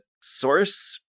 source